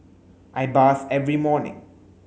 I bath every morning